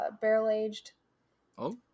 barrel-aged